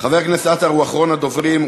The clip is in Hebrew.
חבר הכנסת עטר הוא אחרון הדוברים,